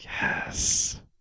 Yes